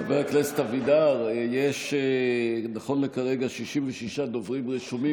חבר הכנסת אבידר, יש נכון לכרגע 66 דוברים רשומים.